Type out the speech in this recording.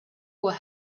will